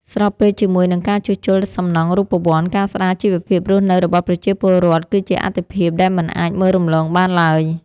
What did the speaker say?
ស្របពេលជាមួយនឹងការជួសជុលសំណង់រូបវន្ត ការស្តារជីវភាពរស់នៅរបស់ប្រជាពលរដ្ឋគឺជាអាទិភាពដែលមិនអាចមើលរំលងបានឡើយ។